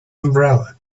umbrella